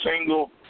single